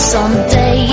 Someday